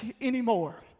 anymore